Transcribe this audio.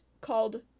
called